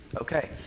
Okay